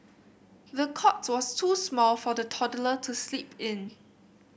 the cot was too small for the toddler to sleep in